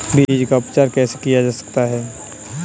बीज का उपचार कैसे किया जा सकता है?